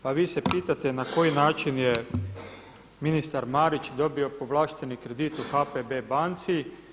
Pa vi se pitate na koji način je ministar Marić dobio povlašteni kredit u HPB banci.